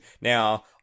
Now